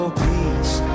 peace